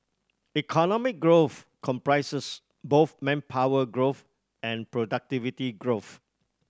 economic growth comprises both manpower growth and productivity growth